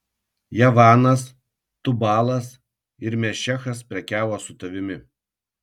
javanas tubalas ir mešechas prekiavo su tavimi